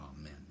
Amen